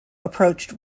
approached